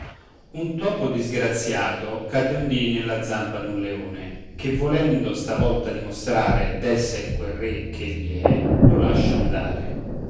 un topo disgraziato cadde un dì nella zampa d'un leone che volendo stavolta dimostrare d'esser quel re ch'egli è lo lascia andare